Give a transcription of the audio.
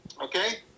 Okay